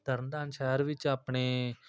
ਤਰਨਤਾਰਨ ਸ਼ਹਿਰ ਵਿੱਚ ਆਪਣੇ